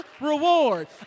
reward